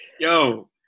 Yo